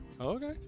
Okay